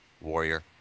warrior